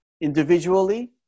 individually